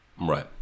right